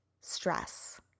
stress